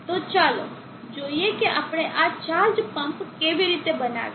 તો ચાલો જોઈએ કે આપણે આ ચાર્જ પમ્પ કેવી રીતે બનાવીશું